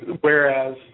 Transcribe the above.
whereas